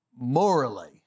morally